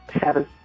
Seven